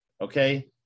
Okay